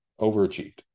overachieved